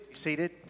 seated